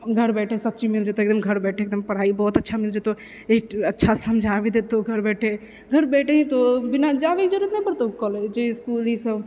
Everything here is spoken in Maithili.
घर बैठे सभ चीज मिल जेतै एकदम घर बैठे एकदम पढ़ाइ बहुत अच्छा मिलि जेतौ ई अच्छा समझा भी देतौ घर बैठे घर बैठे ही तो बिना जाबैके जरूरत नहि पड़तौ कॉलेज इसकुल ई सभ